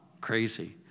crazy